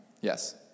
Yes